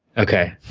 okay.